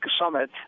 summit